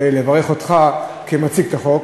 לברך אותך כמציג החוק.